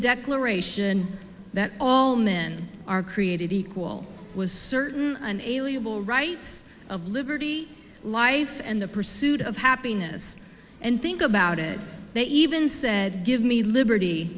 declaration that all men are created equal was certain unalienable rights of liberty life and the pursuit of happiness and think about it they even said give me liberty